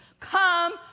come